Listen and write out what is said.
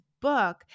book